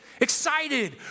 excited